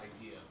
idea